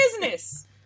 business